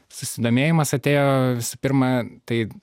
susidomėjimas atėjo visų pirma tai